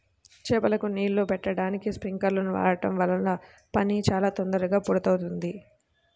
చేలకు నీళ్ళు బెట్టడానికి స్పింకర్లను వాడడం వల్ల పని చాలా తొందరగా పూర్తవుద్ది